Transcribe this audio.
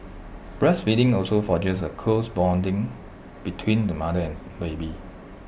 breastfeeding also forges A close bonding between the mother and baby